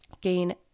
gain